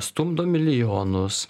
stumdo milijonus